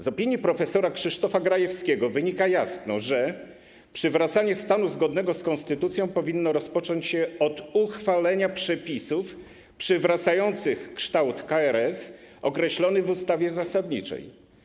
Z opinii prof. Krzysztofa Grajewskiego wynika jasno, że przywracanie stanu zgodnego z konstytucją powinno rozpocząć się od uchwalenia przepisów przywracających kształt KRS określony w ustawie zasadniczej.